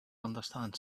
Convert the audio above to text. understand